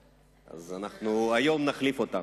אז אנחנו היום נחליף אותם.